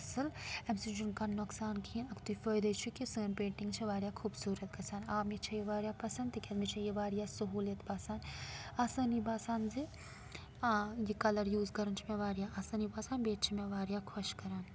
اَصٕل امہِ سۭتۍ چھُنہٕ کانٛہہ نۄقصان کِہیٖنۍ اکھتُے فٲیدے چھُ کہِ سٲنۍ پیٹِنٛگ چھِ واریاہ خوٗبصوٗرت گَژھان آ مےٚ چھِ یہِ واریاہ پَسنٛد تِکیٛازِ مےٚ یہِ واریاہ سہوٗلیت باسان آسٲنی باسان زِ آ یہِ کَلَر یوٗز کَرَان چھِ مےٚ واریاہ آسٲنی باسان بیٚیہِ چھِ مےٚ واریاہ خۄش کَران